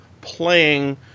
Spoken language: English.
playing